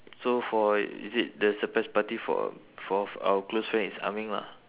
so for is it the surprise party for our for our close friend is ah ming lah